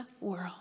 world